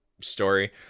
story